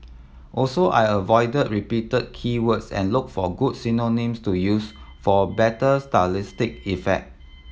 also I avoid repeated key words and look for good synonyms to use for better stylistic effect